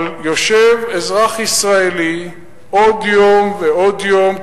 אבל יושב אזרח ישראלי עוד יום ועוד יום,